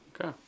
Okay